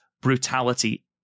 brutality